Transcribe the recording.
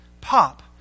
pop